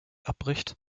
abbricht